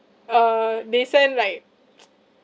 uh they send like